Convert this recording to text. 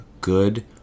good